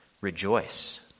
rejoice